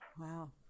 wow